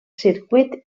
circuit